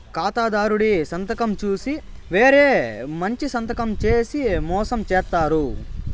ఖాతాదారుడి సంతకం చూసి వేరే మంచి సంతకం చేసి మోసం చేత్తారు